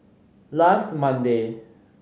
last Monday